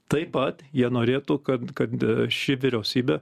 taip pat jie norėtų kad kad ši vyriausybė